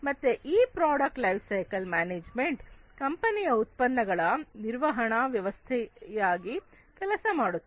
ಮತ್ತೆ ಈ product life cycle management ಕಂಪನಿಯ ಉತ್ಪನ್ನಗಳ ನಿರ್ವಹಣ ವ್ಯವಸ್ಥೆಯಾಗಿ ಕೆಲಸ ಮಾಡುತ್ತದೆ